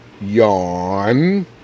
Yawn